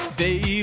day